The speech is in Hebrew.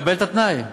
מקבל את התנאי?